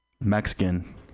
Mexican